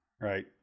right